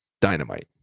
dynamite